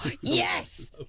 Yes